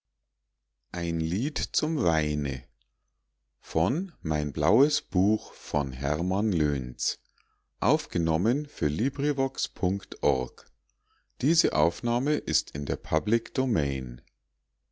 ein lied zum weine